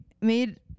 made